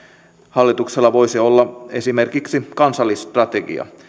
hallituksella voisi olla esimerkiksi kansalliskielistrategia